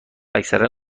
اکثرا